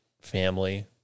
Family